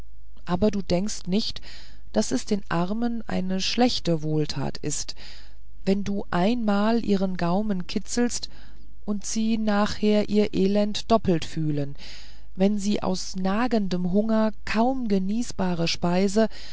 aber du bedenkst nicht daß es den armen eine schlechte wohltat ist wenn du einmal ihren gaumen kitzelst und sie nachher ihr elend doppelt fühlen wenn sie aus nagendem hunger kaum genießbare speise